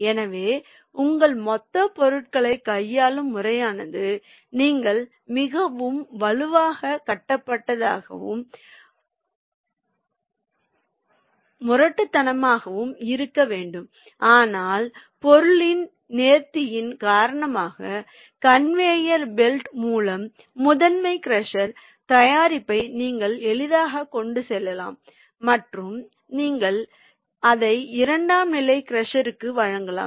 எனவே உங்கள் மொத்தப் பொருட்களைக் கையாளும் முறையானது நீங்கள் மிகவும் வலுவாக கட்டமைக்கப்பட்டதாகவும் முரட்டுத்தனமாகவும் இருக்க வேண்டும் ஆனால் பொருளின் நேர்த்தியின் காரணமாக கன்வேயர் பெல்ட் மூலம் முதன்மை க்ரஷர் தயாரிப்பை நீங்கள் எளிதாகக் கொண்டு செல்லலாம் மற்றும் நீங்கள் அதை இரண்டாம் நிலை க்ரஷர்க்கு வழங்கலாம்